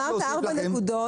אמרת ארבע נקודות.